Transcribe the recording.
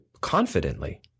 confidently